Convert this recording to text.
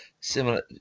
similar